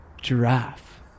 giraffe